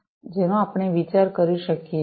ચાલો હવે આ જોડાણના ભાગમાંથી પસાર થઈએ